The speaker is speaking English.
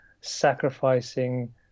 sacrificing